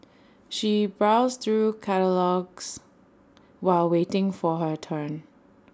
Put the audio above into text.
she browsed through catalogues while waiting for her turn